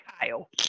Kyle